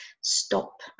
stop